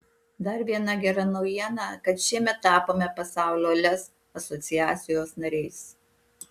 dar viena gera naujiena kad šiemet tapome pasaulio lez asociacijos nariais